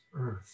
earth